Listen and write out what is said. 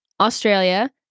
Australia